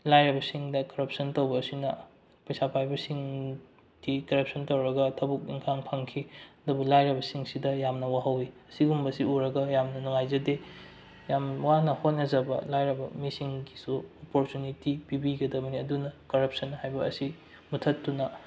ꯂꯥꯏꯔꯕꯁꯤꯡꯗ corruption ꯇꯧꯕ ꯑꯁꯤꯅ ꯄꯩꯁꯥ ꯄꯥꯏꯕꯁꯤꯡꯗꯤ ꯀꯔꯞꯁꯟ ꯇꯧꯔꯒ ꯊꯕꯛ ꯏꯟꯈꯥꯡ ꯐꯪꯈꯤ ꯑꯗꯨꯕꯨ ꯂꯥꯏꯔꯕꯁꯤꯡꯁꯤꯗ ꯌꯥꯝꯅ ꯋꯥꯍꯧꯏ ꯑꯁꯤꯒꯨꯝꯕꯁꯤ ꯎꯔꯒ ꯌꯥꯝꯅ ꯅꯨꯡꯉꯥꯏꯖꯗꯦ ꯌꯥꯝ ꯋꯥꯅ ꯍꯣꯠꯅꯖꯕ ꯂꯥꯏꯔꯕ ꯃꯤꯁꯤꯡꯒꯤꯁꯨ ꯑꯣꯄꯣꯔꯆꯨꯅꯤꯇꯤ ꯄꯤꯕꯤꯒꯗꯕꯅꯤ ꯑꯗꯨꯅ ꯀꯔꯞꯁꯟ ꯍꯥꯏꯕ ꯑꯁꯤ ꯃꯨꯊꯠꯇꯨꯅ